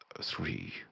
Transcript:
three